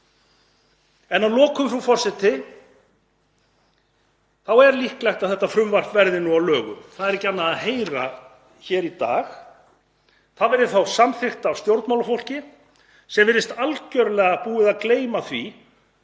Að lokum, frú forseti, er líklegt að þetta frumvarp verði að lögum. Það er ekki annað að heyra hér í dag. Það verður þá samþykkt af stjórnmálafólki sem virðist algerlega búið að gleyma því